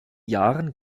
jahren